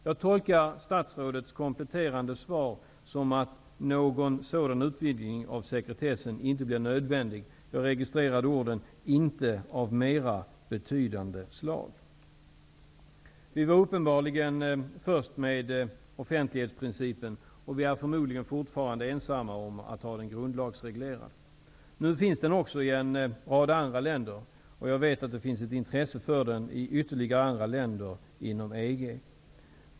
Jag tolkar statsrådets kompletterande svar så, att någon sådan utvidgning av sekretessen inte blir nödvändig. Jag registrerade nämligen just orden inte av mera betydande slag. Vi var först med offentlighetsprincipen, och vi är förmodligen fortfarande ensamma om att ha den grundlagsreglerad. Nu finns den också i en rad andra länder, och jag vet att det finns ett intresse för den i ytterligare några länder i EG.